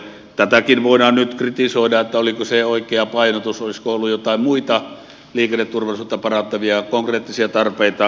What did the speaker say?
tätäkin voidaan nyt kritisoida oliko se oikea painotus olisiko ollut joitain muita liikenneturvallisuutta parantavia konkreettisia tarpeita